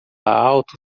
alto